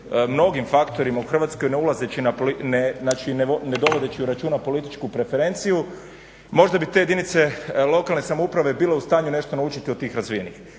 mnogim faktorima u Hrvatskoj, ne dovodeći u računa političku referenciju, možda bi te jedinice lokalne samouprave bile u stanju nešto naučiti od tih razvijenih.